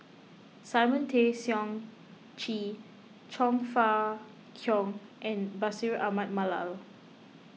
Simon Tay Seong Chee Chong Fah Cheong and Bashir Ahmad Mallal